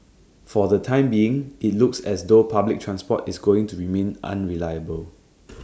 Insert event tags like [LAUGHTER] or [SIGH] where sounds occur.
[NOISE] for the time being IT looks as though public transport is going to remain unreliable